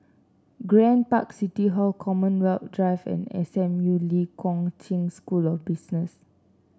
Grand Park City Hall Commonwealth Drive and S M U Lee Kong Chian School of Business